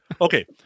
okay